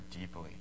deeply